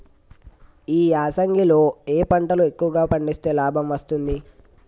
ఈ యాసంగి లో ఏ పంటలు ఎక్కువగా పండిస్తే లాభం వస్తుంది?